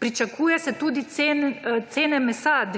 dvignile tudi cene mesa,